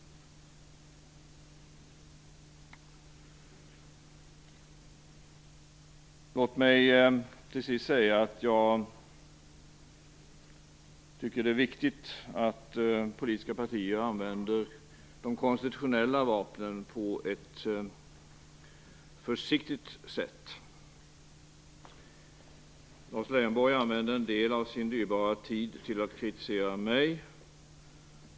Låt mig till sist säga att jag tycker att det är viktigt att de politiska partierna använder de konstitutionella vapnen på ett försiktigt sätt. Lars Leijonborg använder en del av sin dyrbara tid till att kritisera mig.